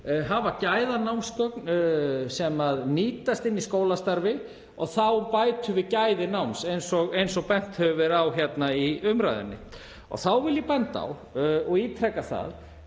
hafa gæðanámsgögn sem nýtast í skólastarfi og þá bætum við gæði náms eins og bent hefur verið á hérna í umræðunni. Þá vil ég benda á og ítreka að